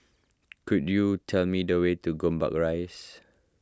could you tell me the way to Gombak Rise